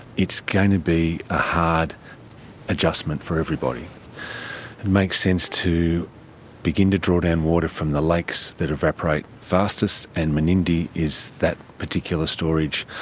it's going to be a hard adjustment for everybody. it makes sense to begin to draw down water from the lakes that evaporate the fastest, and menindee is that particular storage.